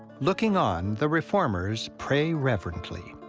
looking on, the reformers pray reverently.